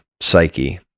psyche